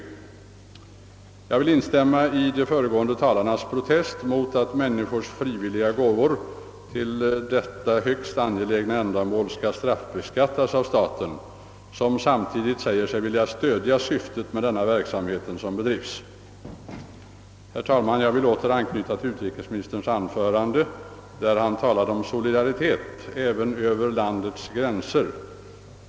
Jag vill instämma i de föregående talarnas protest mot att människors frivilliga gåvor till detta högst angelägna ändamål skall straffbeskattas av staten som samtidigt säger sig vilja stödja syftet med den verksamhet som bedrives. Herr talman! Jag vill åter anknyta till utrikesministerns anförande där han talade om solidaritet även över landets gränser.